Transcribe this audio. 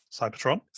Cybertron